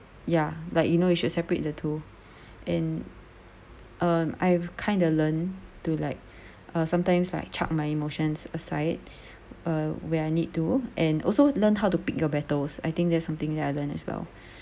ya like you know you should separate the two and um I've kinda learned to like uh sometimes like chuck my emotions aside uh where I need to and also learn how to pick your battles I think there's something that I learnt as well